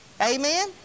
Amen